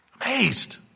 Amazed